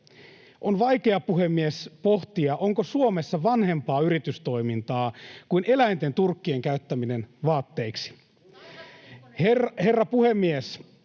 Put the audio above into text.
On vaikea, puhemies, pohtia, onko Suomessa vanhempaa yritystoimintaa kuin eläinten turkkien käyttäminen vaatteiksi. [Pia Lohikoski: